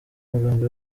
amagambo